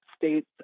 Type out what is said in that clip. states